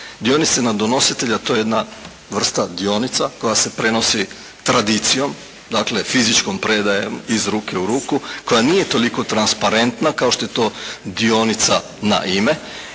Dionice na donositelja to je jedna vrsta dionica koja se prenosi tradicijom, dakle fizičkom predajom iz ruke u ruku koja nije toliko transparentna kao što je dionica na ime.